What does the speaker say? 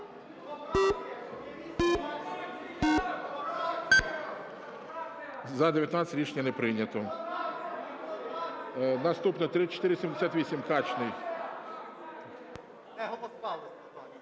За-19 Рішення не прийнято. Наступна 3478, Качний.